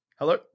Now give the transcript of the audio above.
Hello